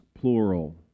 plural